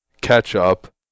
catch-up